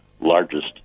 largest